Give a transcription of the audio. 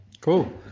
Cool